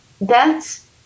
thats